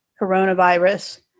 coronavirus